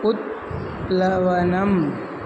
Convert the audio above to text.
उत्प्लवनम्